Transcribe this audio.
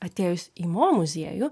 atėjus į mo muziejų